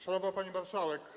Szanowna Pani Marszałek!